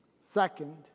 Second